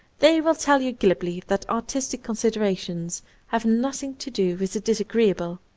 they will tell you glibly that artistic considerations have nothing to do with the disagreeable,